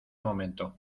momento